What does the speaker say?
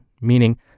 meaning